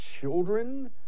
children